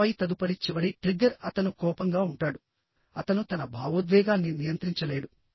ఆపై తదుపరి చివరి ట్రిగ్గర్ అతను కోపంగా ఉంటాడు అతను తన భావోద్వేగాన్ని నియంత్రించలేడు